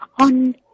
On